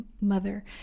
mother